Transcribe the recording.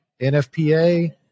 NFPA